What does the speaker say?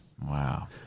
Wow